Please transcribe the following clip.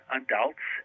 adults